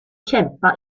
kämpa